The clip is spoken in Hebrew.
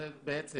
זה בעצם